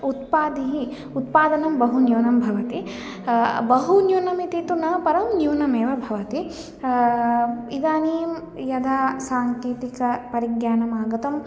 उत्पादः उत्पादनं बहु न्यूनं भवति बहु न्यूनमिति तु न परं न्यूनमेव भवति इदानीं यदा साङ्केतिकपरिज्ञानम् आगतं